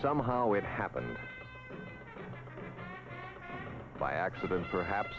somehow it happened by accident perhaps